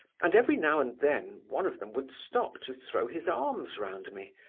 and every now and then one of them would stop to throw his arms round me,